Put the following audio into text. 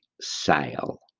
sale